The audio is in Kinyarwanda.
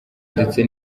ndetse